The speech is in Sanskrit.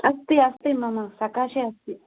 अस्ति अस्ति मम सकाशे अस्ति